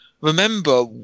remember